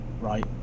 right